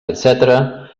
etcètera